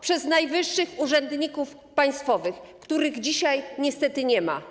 Przez najwyższych urzędników państwowych, których dzisiaj niestety nie ma.